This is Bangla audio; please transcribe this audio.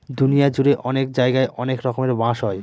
দুনিয়া জুড়ে অনেক জায়গায় অনেক রকমের বাঁশ হয়